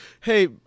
hey